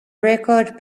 record